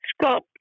Scott